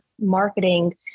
marketing